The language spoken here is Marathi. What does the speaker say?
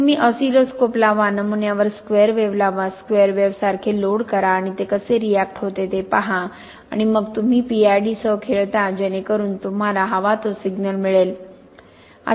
तुम्ही ऑसिलोस्कोप लावा नमुन्यावर स्क्वेअर वेव्ह लावा स्क्वेअर वेव्ह सारखे लोड करा आणि ते कसे रिएक्ट होते ते पहा आणि मग तुम्ही PID सह खेळता जेणेकरून तुम्हाला हवा तो सिग्नल मिळेल